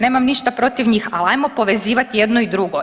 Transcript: Nemam ništa protiv njih, a lajmo povezivat jedno i drugo.